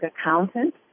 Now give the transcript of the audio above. accountant